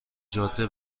جاده